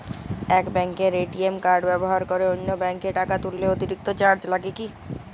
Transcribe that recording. এক ব্যাঙ্কের ATM card ব্যবহার করে অন্য ব্যঙ্কে টাকা তুললে অতিরিক্ত চার্জ লাগে কি?